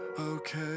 okay